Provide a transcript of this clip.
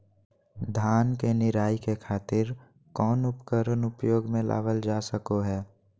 धान के निराई के खातिर कौन उपकरण उपयोग मे लावल जा सको हय?